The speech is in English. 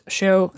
show